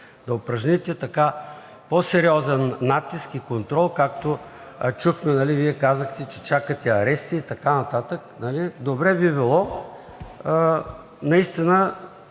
да упражните по-сериозен натиск и контрол, а както чухме, Вие казахте, че чакате арести и така нататък. Добре би било наистина